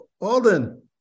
Alden